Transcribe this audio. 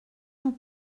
vous